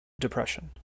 depression